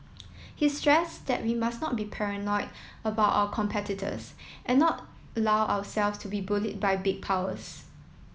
he stress that we must not be paranoid about our competitors and not allow ourselves to be bullied by big powers